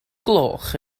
gloch